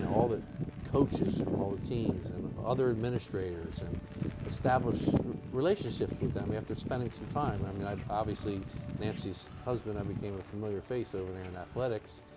all the coaches from all the teams and other administrators and established relationships with them after spending some time. i mean, i'm obviously nancy's husband i became a familiar face over there in athletics.